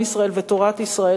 עם ישראל ותורת ישראל,